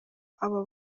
aba